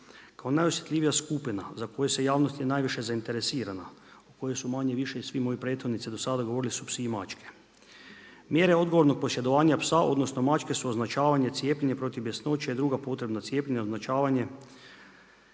Kao najosjetljivija skupina za koju je javnost najviše zainteresirana, o kojoj su manje-više svi moji prethodnici do sada govorili su psi i mačke. Mjere odgovornog posjedovanja psa odnosno mačke su označavanje i cijepljenje protiv bjesnoće i druga potrebna cijepljenja, označavanje